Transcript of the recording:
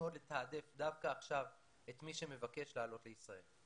מאוד לתעדף דווקא עכשיו את מי שמבקש לעלות לישראל.